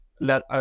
let